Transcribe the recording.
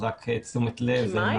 לתשומת לב.